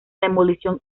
demolición